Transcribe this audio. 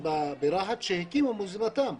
ילד ברהט וילד בנהריה - צריכים לקבל את אותו דבר,